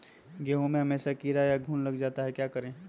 गेंहू में हमेसा कीड़ा या घुन लग जाता है क्या करें?